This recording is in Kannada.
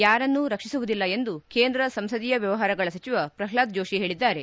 ಯಾರನ್ನೂ ರಕ್ಷಿಸುವುದಿಲ್ಲ ಎಂದು ಕೇಂದ್ರ ಸಂಸದೀಯ ವ್ಯವಹಾರಗಳ ಸಚಿವ ಪ್ರಹ್ಲಾದ್ ಜೋಷಿ ಹೇಳಿದ್ದಾರೆ